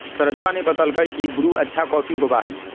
सरोजवा ने बतल कई की ब्रू अच्छा कॉफी होबा हई